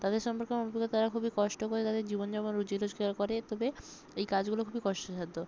তাদের সম্পর্কে মনে করি তারা খুবই কষ্ট করে তাদের জীবনযাপন রুজিরোজগার করে তবে এই কাজগুলো খুবই কষ্টসাধ্য